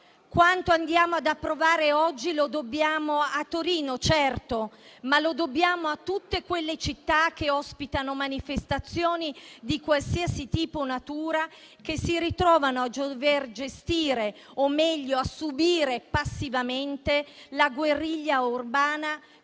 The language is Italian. Quanto andiamo ad approvare oggi lo dobbiamo a Torino, certo, ma lo dobbiamo a tutte quelle città che ospitano manifestazioni di qualsiasi tipo e natura, che si ritrovano a gestire, o meglio a subire passivamente, la guerriglia urbana